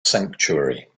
sanctuary